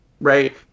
right